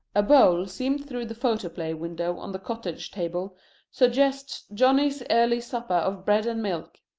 a bowl seen through the photoplay window on the cottage table suggests johnny's early supper of bread and milk.